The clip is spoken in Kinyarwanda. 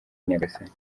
nyagasani